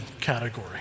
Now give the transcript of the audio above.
category